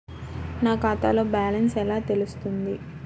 నా ఖాతాలో బ్యాలెన్స్ ఎలా తెలుస్తుంది?